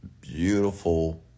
beautiful